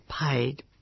paid